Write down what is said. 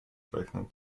rechnen